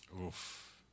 Oof